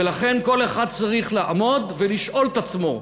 ולכן כל אחד צריך לעמוד ולשאול את עצמו: